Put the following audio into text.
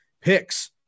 picks